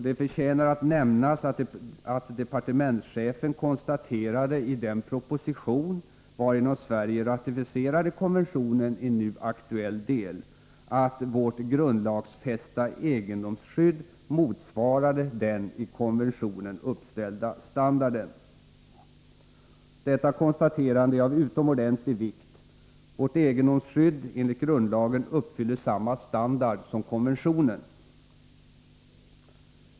Det förtjänar att nämnas att departementschefen i den proposition varigenom Sverige ratificerade konventionen i nu aktuell del konstaterade att vårt grundlagsfästa egendomsskydd motsvarade den i konventionen uppställda standarden. Detta konstaterande är av utomordentlig vikt. Vårt egendomsskydd enligt grundlagen uppfyller samma standard som konventionen.